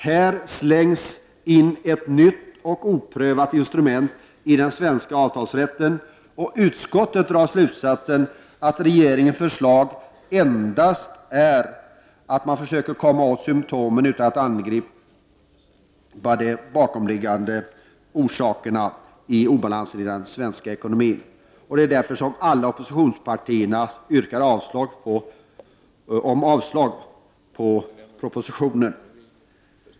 Här slängs ett nytt och oprövat instrument in i den svenska avtalsrätten. Utskottet drar slutsatsen att regeringens förslag innebär att man endast försöker komma åt symtomen utan att angripa de bakomliggande orsakerna till obalansen i den svenska ekonomin. Det är därför som alla oppositionspartier yrkar avslag på propositionen.